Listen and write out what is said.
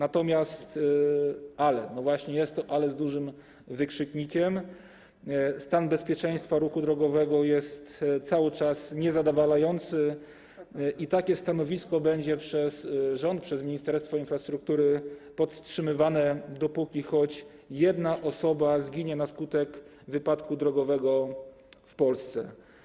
Ale - no właśnie jest to: ale z dużym wykrzyknikiem - stan bezpieczeństwa ruchu drogowego jest cały czas niezadowalający i takie stanowisko będzie przez rząd, przez Ministerstwo Infrastruktury podtrzymywane, dopóki choć jedna osoba będzie ginąć na skutek wypadku drogowego w Polsce.